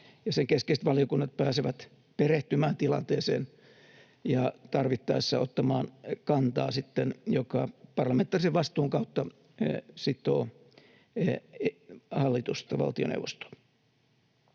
sen keskeiset valiokunnat pääsevät perehtymään tilanteeseen ja tarvittaessa ottamaan kantaa, joka parlamentaarisen vastuun kautta sitoo hallitusta, valtioneuvostoa.